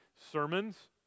sermons